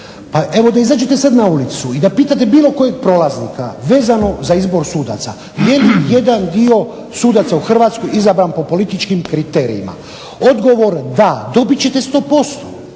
bio, da izađete sada na ulicu i da pitate bilo kojeg prolaznika vezano za izbor sudaca, jedan dio u Hrvatskoj izabran po političkim kriterijima, odgovor da dobit ćete 100%.